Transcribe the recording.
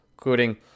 including